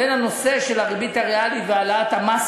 בין הנושא של הריבית הריאלית והעלאת המס